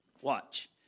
Watch